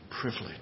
privilege